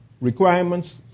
Requirements